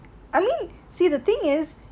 I mean see the thing is